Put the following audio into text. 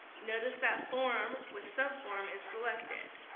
notice that form with subform is selected.